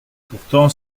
pourtant